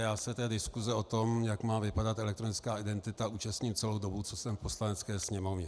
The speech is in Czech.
Já se diskuse o tom, jak má vypadat elektronická identita, účastním celou dobu, co jsem v Poslanecké sněmovně.